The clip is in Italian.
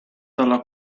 dalla